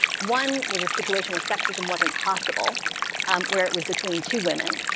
one was a situation where sexism wasn't possible where it was between two women.